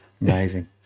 Amazing